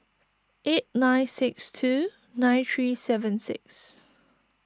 eight nine six two nine three seven six